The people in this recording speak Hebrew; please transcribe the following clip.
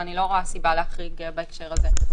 אני לא רואה סיבה להחריג בהקשר הזה.